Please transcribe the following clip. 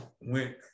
went